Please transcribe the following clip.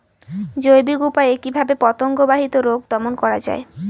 জৈবিক উপায়ে কিভাবে পতঙ্গ বাহিত রোগ দমন করা যায়?